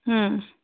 ও